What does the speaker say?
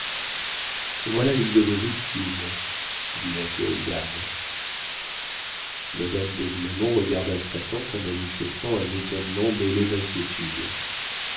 voilà une de vos victimes dit la vieille dame madame d'aiglemont regarda sa tante en manifestant un étonnement mêlé d'inquiétude